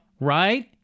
right